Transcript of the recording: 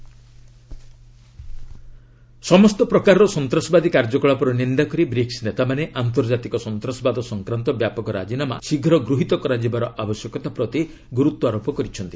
BRICS terrorism ସମସ୍ତ ପ୍ରକାରର ସନ୍ତାସବାଦୀ କାର୍ଯ୍ୟକଳାପର ନିନ୍ଦା କରି ବ୍ରିକ୍ ନେତାମାନେ ଆନ୍ତର୍ଜାତିକ ସନ୍ତାସବାଦ ସଂକ୍ରାନ୍ତ ବ୍ୟାପକ ରାଜିନାମା ଶୀଘ୍ର ଗୃହୀତ କରାଯିବାର ଆବଶ୍ୟକତା ପ୍ରତି ଗୁରୁତ୍ୱ ଆରୋପ କରିଛନ୍ତି